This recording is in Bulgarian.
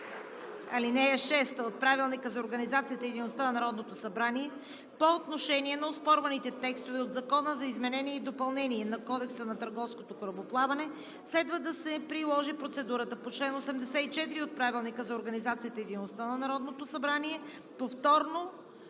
ал. 6 от Правилника за организацията и дейността на Народното събрание по отношение на оспорваните текстове от Закона за изменение и допълнение на Кодекса на търговското корабоплаване следва да се приложи процедурата по чл. 84 от Правилника за организацията и дейността на Народното събрание – повторно